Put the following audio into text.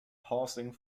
pausing